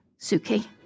Suki